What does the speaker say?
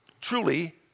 Truly